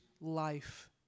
life